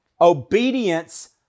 obedience